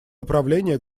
управление